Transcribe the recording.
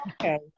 Okay